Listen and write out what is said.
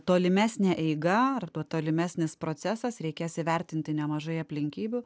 tolimesnė eiga arba tolimesnis procesas reikės įvertinti nemažai aplinkybių